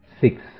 six